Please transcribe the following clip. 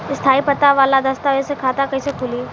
स्थायी पता वाला दस्तावेज़ से खाता कैसे खुली?